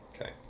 Okay